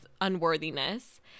unworthiness